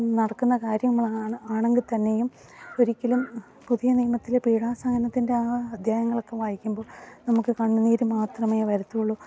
നടക്കുന്ന കാര്യങ്ങളാണ് ആണങ്കിൽ തന്നെയും ഒരിക്കലും പുതിയ നിയമത്തിലെ പീഡാ സഹനത്തിൻ്റെ ആ അദ്ധ്യായങ്ങളൊക്കെ വായിക്കുമ്പോള് നമുക്ക് കണ്ണുനീര് മാത്രമേ വരത്തുള്ളൂ